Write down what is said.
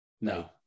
no